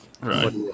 Right